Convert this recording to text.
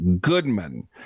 Goodman